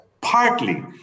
Partly